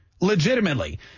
legitimately